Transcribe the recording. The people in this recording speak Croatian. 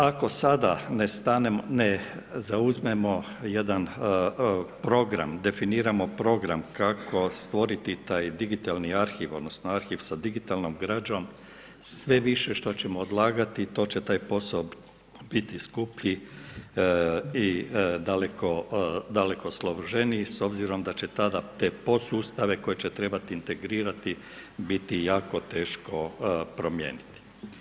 Ako sada, ne stanemo, ne zauzmemo jedan program, definiramo program, kako stvoriti taj digitalni arhiv, odnosno, arhiv sa digitalnom građom, sve više što ćemo odlagati, to će taj posao biti skuplji i daleko složeniji, s obzirom da će tada, te podsustave, koje će trebati integrirati biti jako teško promijeniti.